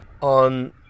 on